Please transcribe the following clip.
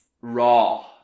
raw